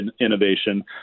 innovation